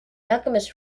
alchemist